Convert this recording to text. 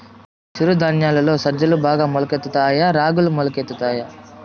చిరు ధాన్యాలలో సజ్జలు బాగా మొలకెత్తుతాయా తాయా రాగులు మొలకెత్తుతాయా